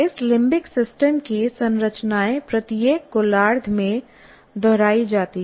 इस limbic system की संरचनाएं प्रत्येक गोलार्द्ध में दोहराई जाती हैं